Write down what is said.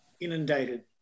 Inundated